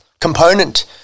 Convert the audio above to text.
component